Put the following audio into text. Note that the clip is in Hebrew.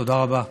תודה רבה.